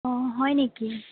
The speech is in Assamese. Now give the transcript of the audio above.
অ হয় নেকি